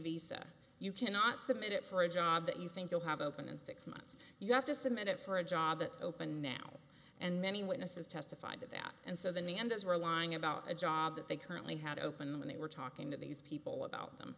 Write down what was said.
visa you cannot submit it for a job that you think you'll have opened in six months you have to submit it for a job that's open now and many witnesses testified to that and so the nie and us were lying about a job that they currently had open when they were talking to these people about them